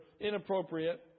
inappropriate